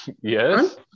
Yes